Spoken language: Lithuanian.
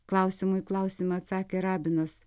klausimu į klausimą atsakė rabinas